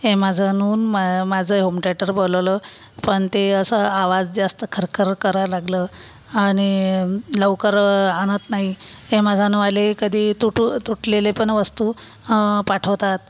एमाझानून मा माझं home theatre बोलवलं पण ते असं आवाज जास्त खरखर कराय लागलं आणि लवकर आणत नाही एमाझानवाले कधी तुट तुटलेले पण वस्तू पाठवतात